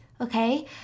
Okay